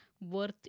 worth